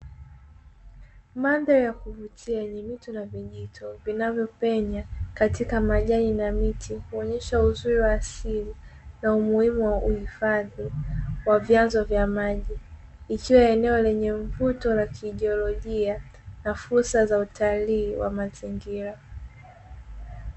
Mandhari ya kuvutia, yenye miti na vijito vinavyopenya katika majani na miti, kuonyesha uzuri wa asili na umuhimu wa uhifadhi wa vyanzo vya maji. Likiwa eneo lenye mvuto wa kijiolojia na fursa za utalii wa mazingira.